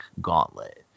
gauntlet